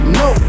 no